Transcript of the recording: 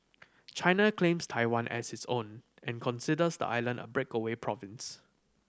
China claims Taiwan as its own and considers the island a breakaway province